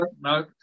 no